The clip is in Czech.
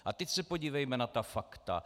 A teď se podívejme na ta fakta.